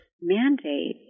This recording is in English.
mandate